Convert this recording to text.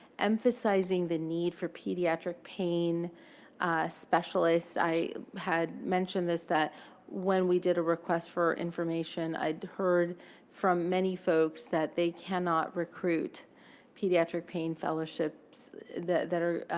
emphasizing the need for pediatric pain specialists. i had mentioned this that when we did a request for information, i'd heard from many folks that they cannot recruit pediatric pain fellowships that that are